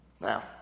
Now